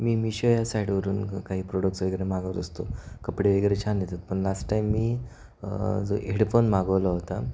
मी Meesho या साईडवरून काही प्रोडक्स वगैरे मागवत असतो कपडे वगैरे छान देतात पण लास्ट टाईम मी जो हेडफोन मागवला होता